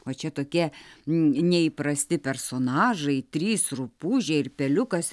o čia tokie neįprasti personažai trys rupūžė ir peliukas